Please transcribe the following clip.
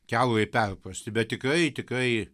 kiaurai perprasti bet tikrai tikrai